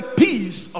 peace